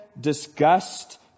disgust